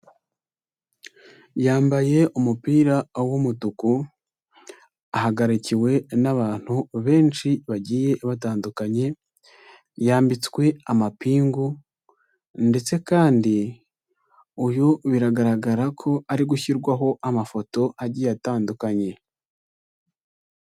Yambaye umupira w'umutuku, ahagarikiwe n'abantu benshi bagiye batandukanye, yambitswe amapingu, ndetse kandi uyu biragaragara ko ari gushyirwaho amafoto agiye atandukanye.